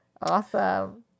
Awesome